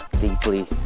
deeply